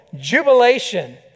jubilation